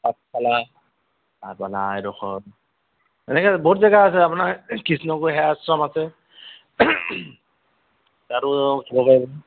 পাঠশালা তাপা এনেকৈ বহুত জেগা আছে আপোনাৰ কৃষ্ণগুৰু সেয়া আশ্ৰম আছে তাতো